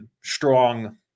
strong